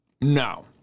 No